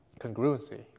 congruency